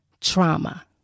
trauma